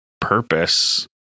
purpose